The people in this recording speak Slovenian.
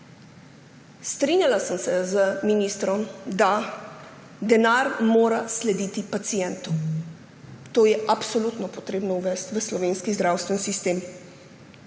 Strinjala sem se z ministrom, da denar mora slediti pacientu. To je absolutno potrebno uvesti v slovenski zdravstveni sistem.